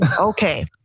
Okay